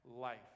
life